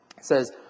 says